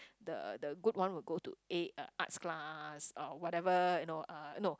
the the good one would go to A uh arts class or whatever you know uh no